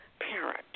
parent